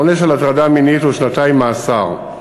העונש על הטרדה מינית הוא שנתיים מאסר,